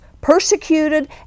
persecuted